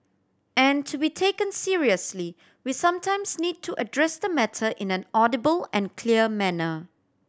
and to be taken seriously we sometimes need to address the matter in an audible and clear manner